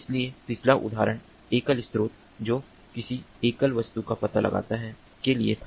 इसलिए पिछला उदाहरण एकल स्रोत जो किसी एकल वस्तु का पता लगाता है के लिए था